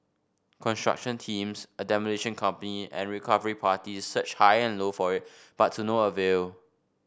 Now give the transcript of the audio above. construction teams a demolition company and recovery parties searched high and low for it but to no avail